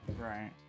Right